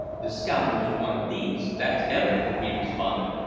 the scoundrels wanted these, that's evident, he responded,